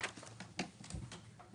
נכון,